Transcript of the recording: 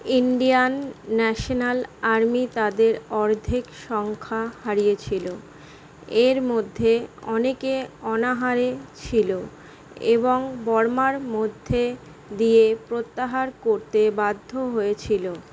Indian National Army তাদের অর্ধেক সংখ্যা হারিয়েছিল এর মধ্যে অনেকে অনাহারে ছিল এবং বর্মার মধ্যে দিয়ে প্রত্যাহার করতে বাধ্য হয়েছিল